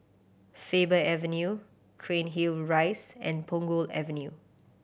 Faber Avenue Cairnhill Rise and Punggol Avenue